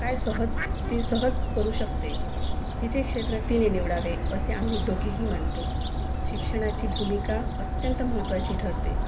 काय सहज ती सहज करू शकते तिचे क्षेत्र तिने निवडावे असे आम्ही दोघेही मानतो शिक्षणाची भूमिका अत्यंत महत्वाची ठरते